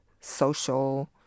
social